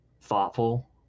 thoughtful